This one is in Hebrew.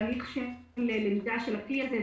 תהליך של למידה של הכלי הזה,